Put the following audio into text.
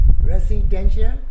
Residential